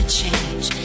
change